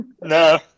no